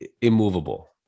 immovable